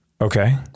Okay